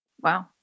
Wow